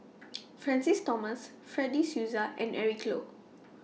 Francis Thomas Fred De Souza and Eric Low